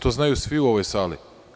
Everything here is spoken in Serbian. To znaju svi u ovoj sali.